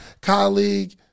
colleague